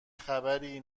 خبری